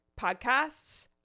podcasts